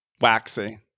Waxy